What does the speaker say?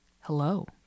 Hello